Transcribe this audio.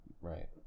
Right